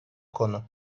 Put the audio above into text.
konu